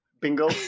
bingo